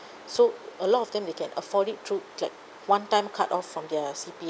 so a lot of them they can afford it through like one time cut off from their C_P